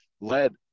led